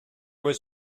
was